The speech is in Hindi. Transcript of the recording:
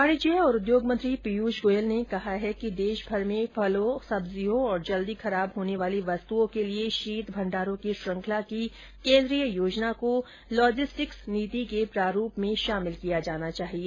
वाणिज्य और उद्योग मंत्री पीयूष गोयल ने कहा है कि देश भर में फलों सब्जियों और जल्दी खराब होने वाली वस्तुओं के लिए शीत भंडारों की श्रंखला की केंद्रीय योजना को लॉजिस्टिक्स नीति के प्रारूप में शामिल किया जाना चाहिए